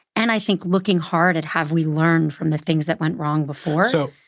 and i think looking hard at have we learned from the things that went wrong before? so,